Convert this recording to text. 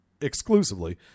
exclusively